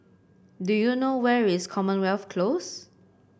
do you know where is Commonwealth Close